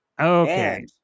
Okay